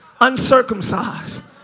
uncircumcised